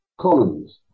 columns